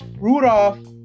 Rudolph